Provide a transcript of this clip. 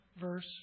verse